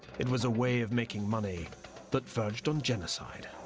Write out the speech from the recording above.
it was a way of making money that verged on genocide.